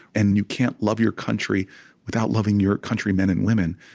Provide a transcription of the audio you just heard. and you can't love your country without loving your countrymen and women.